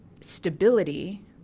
stability